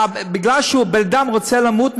בגלל שבן-אדם רוצה למות,